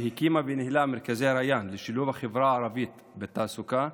שהקימה וניהלה את מרכזי ריאן לשילוב החברה הערבית בתעסוקה,